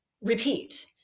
repeat